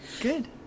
good